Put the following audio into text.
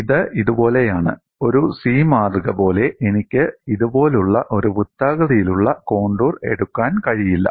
ഇത് ഇതുപോലെയാണ് ഒരു C മാതൃക പോലെ എനിക്ക് ഇതുപോലുള്ള ഒരു വൃത്താകൃതിയിലുള്ള കോണ്ടൂർ എടുക്കാൻ കഴിയില്ല